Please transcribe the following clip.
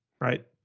right